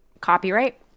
copyright